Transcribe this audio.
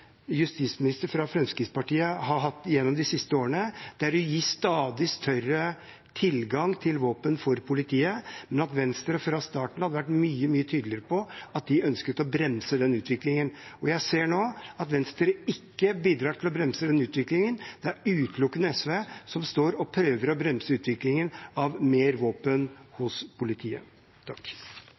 fra Fremskrittspartiet har hatt gjennom de siste årene, nemlig å gi stadig større tilgang til våpen for politiet, men at Venstre fra starten av hadde vært mye, mye tydeligere på at de ønsket å bremse den utviklingen. Jeg ser nå at Venstre ikke bidrar til å bremse den utviklingen, det er utelukkende SV som prøver å bremse utviklingen av mer våpen hos politiet.